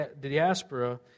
diaspora